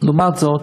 לעומת זאת,